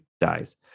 dies